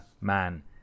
man